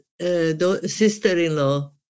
sister-in-law